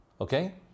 okay